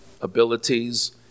abilities